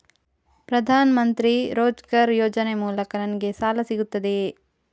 ಪ್ರದಾನ್ ಮಂತ್ರಿ ರೋಜ್ಗರ್ ಯೋಜನೆ ಮೂಲಕ ನನ್ಗೆ ಸಾಲ ಸಿಗುತ್ತದೆಯೇ?